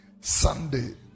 Sunday